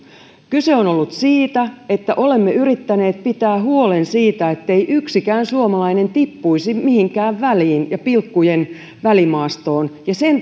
kyse on ollut siitä että olemme yrittäneet pitää huolen siitä ettei yksikään suomalainen tippuisi mihinkään väliin pilkkujen välimaastoon sen